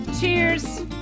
cheers